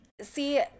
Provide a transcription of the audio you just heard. See